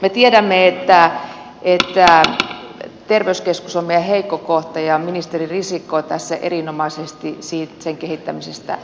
me tiedämme että terveyskeskus on meidän heikko kohtamme ja ministeri risikko tässä erinomaisesti sen kehittämisestä puhuikin